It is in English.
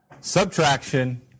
subtraction